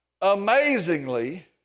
amazingly